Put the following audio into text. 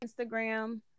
Instagram